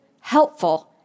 helpful